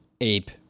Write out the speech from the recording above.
ape